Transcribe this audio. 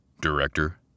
Director